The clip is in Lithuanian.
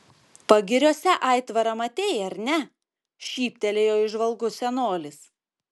pagiriuose aitvarą matei ar ne šyptelėjo įžvalgus senolis